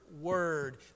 word